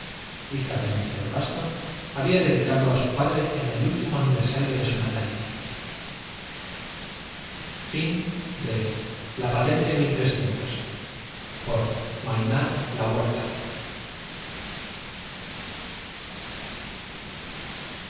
hija de mr russton había dedicado á su padre en el último aniversario de su natalicio la